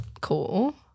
cool